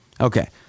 Okay